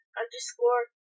underscore